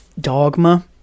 dogma